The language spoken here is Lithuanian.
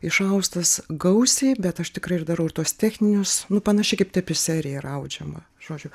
išaustas gausiai bet aš tikrai ir darau tuos techninius nu panašiai kaip tapiserija yra draudžiama žodžiu